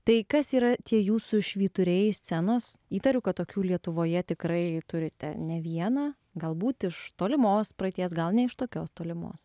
tai kas yra tie jūsų švyturiai scenos įtariu kad tokių lietuvoje tikrai turite ne vieną galbūt iš tolimos praeities gal ne iš tokios tolimos